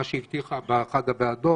מה שהיא הבטיחה באחת הוועדות.